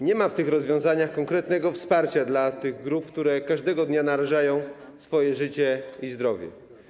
Nie ma w tych rozwiązaniach konkretnego wsparcia dla tych grup, które każdego dnia narażają swoje życie i zdrowie.